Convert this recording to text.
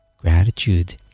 gratitude